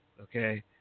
Okay